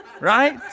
right